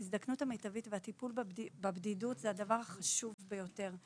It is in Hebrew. ההזדקנות המיטבית והטיפול בבדידות הם הדברים החשובים ביותר.